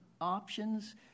options